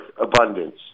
abundance